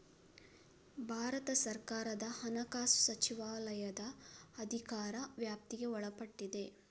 ಭಾರತ ಸರ್ಕಾರದ ಹಣಕಾಸು ಸಚಿವಾಲಯದ ಅಧಿಕಾರ ವ್ಯಾಪ್ತಿಗೆ ಒಳಪಟ್ಟಿದೆ